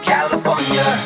California